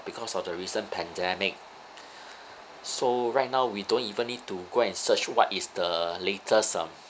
because of the recent pandemic so right now we don't even need to go and search what is the latest um